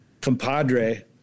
compadre